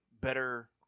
better